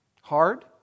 Hard